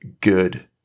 good